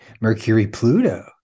Mercury-Pluto